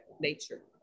nature